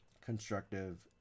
constructive